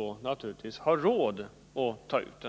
de samtidigt har råd att ta ut sådan.